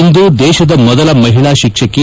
ಇಂದು ದೇಶದ ಮೊದಲ ಮಹಿಳಾ ಶಿಕ್ಷಕಿ